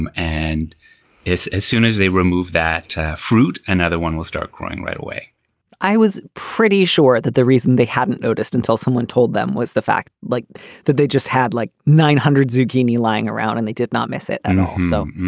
and and as soon as they remove that fruit, another one will start crying right away i was pretty sure that the reason they hadn't noticed until someone told them was the fact like that they just had like nine hundred zucchini lying around and they did not miss it. and also,